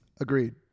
Agreed